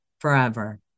forever